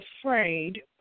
afraid